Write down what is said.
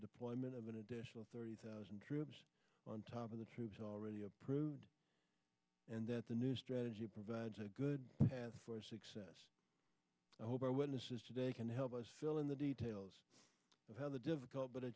deployment of an additional thirty thousand troops on top of the troops already approved and that the new strategy provides a good path for success i hope our witnesses today can help us fill in the details of how the difficult but a